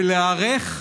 ולהיערך,